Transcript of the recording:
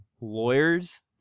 Lawyers